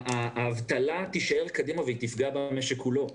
האבטלה תישאר הלאה והיא תפגע במשק כולו.